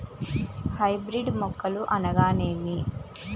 Hybrid మొక్కలు అనగానేమి?